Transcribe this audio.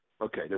okay